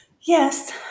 Yes